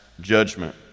judgment